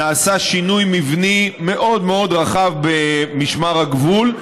נעשה שינוי מבני מאוד מאוד רחב במשמר הגבול,